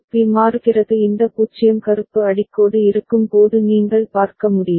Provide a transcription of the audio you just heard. B மாறுகிறது இந்த 0 கருப்பு அடிக்கோடு இருக்கும் போது நீங்கள் பார்க்க முடியும்